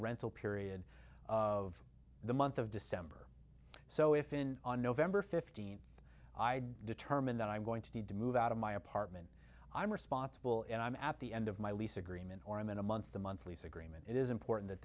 rental period of the month of december so if in on november fifteenth i determine that i'm going to need to move out of my apartment i'm responsible and i'm at the end of my lease agreement or i'm in a month the month lease agreement is important that